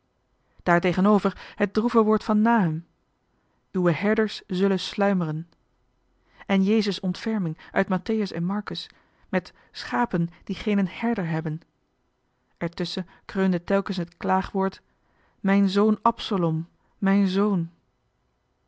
daartegenover het droeve woord van nahum uwe herders zullen sluimeren en jezus ontferming uit mattheus en markus met schapen die geenen herder hebben ertusschen kreunde telkens het klaagwoord mijn zoon absolom mijn zoon